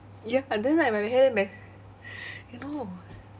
ya then like when I hear these me~ you know